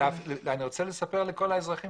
אני רוצה לספר לכל האזרחים